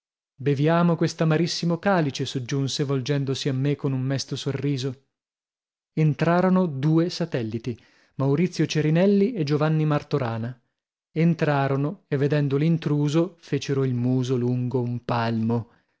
quarti beviamo quest'amarissimo calice soggiunse volgendosi a me con un mesto sorriso entrarono due satelliti maurizio cerinelli e giovanni martorana entrarono e vedendo l'intruso fecero il muso lungo un palmo